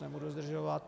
Nebudu zdržovat.